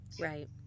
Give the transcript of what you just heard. Right